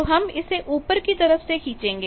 तो हम इसे ऊपर की तरफ से खींचेगे